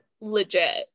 legit